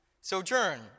Sojourn